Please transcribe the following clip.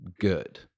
good